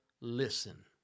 Listen